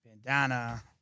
bandana